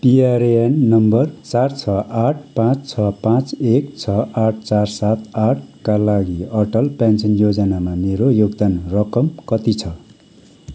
PRAN number चार छ आठ पाँच छ पाँच एक छ आठ चार सात आठका लागि अटल पेन्सन योजनामा मेरो योगदान रकम कति छ